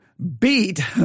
beat